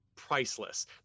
priceless